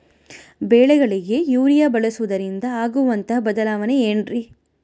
ಬೆಳೆಗಳಿಗೆ ಯೂರಿಯಾ ಬಳಸುವುದರಿಂದ ಆಗುವಂತಹ ಬದಲಾವಣೆ ಏನ್ರಿ?